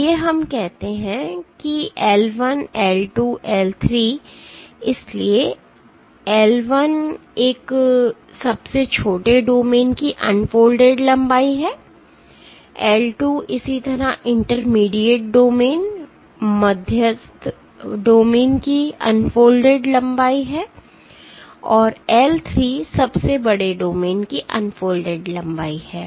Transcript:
आइए हम कहते हैं L 1 L 2 L 3 इसलिए L l एक सबसे छोटे डोमेन की अनफोल्डेड लंबाई है L 2 इसी तरह इंटरमीडिएट डोमेन की अनफोल्डेड लंबाई है और L 3 सबसे बड़े डोमेन की अनफोल्डेड लंबाई है